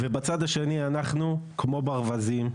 ובצד השני אנחנו כמו ברווזים,